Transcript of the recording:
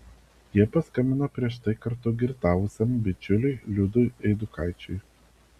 jie paskambino prieš tai kartu girtavusiam bičiuliui liudui eidukaičiui